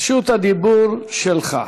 רשות הדיבור שלך.